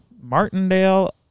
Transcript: Martindale